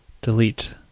delete